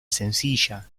sencilla